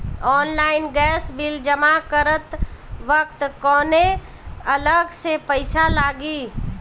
Online gas bill जमा करत वक्त कौने अलग से पईसा लागी?